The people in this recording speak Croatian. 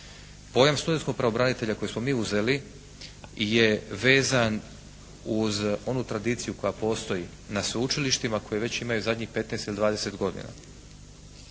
Pojam studentskog pravobranitelja koji smo mi uzeli je vezan uz onu tradiciju koja postoji na sveučilištima koje već imaju zadnjih 15 ili 20 godina.